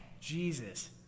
Jesus